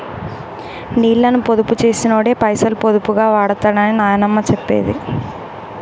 నీళ్ళని పొదుపు చేసినోడే పైసలు పొదుపుగా వాడుతడని నాయనమ్మ చెప్పేది